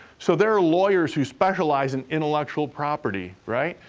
so, there are lawyers who specialize in intellectual property, right?